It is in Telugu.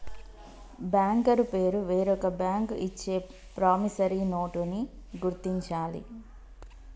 బ్యాంకరు పేరు వేరొక బ్యాంకు ఇచ్చే ప్రామిసరీ నోటుని గుర్తించాలి